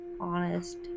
honest